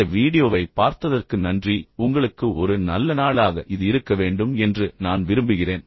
இந்த வீடியோவைப் பார்த்ததற்கு நன்றி உங்களுக்கு ஒரு நல்ல நாளாக இது இருக்க வேண்டும் என்று நான் விரும்புகிறேன்